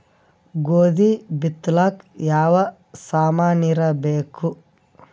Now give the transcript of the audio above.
ಗೋಧಿ ಬಿತ್ತಲಾಕ ಯಾವ ಸಾಮಾನಿರಬೇಕು?